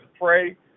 pray